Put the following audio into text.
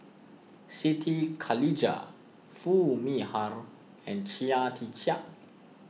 Siti Khalijah Foo Mee Har and Chia Tee Chiak